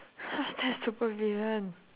how is that super villain